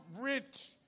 rich